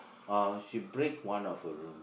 uh she break one of her room